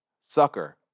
sucker